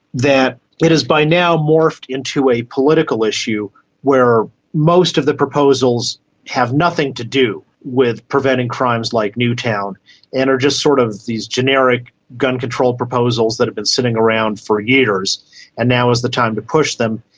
that it has by now morphed into a political issue where most of the proposals have nothing to do with preventing crimes like newtown and are just sort of these generic gun control proposals that have been sitting around for years and now is the time to push them.